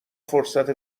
فرصت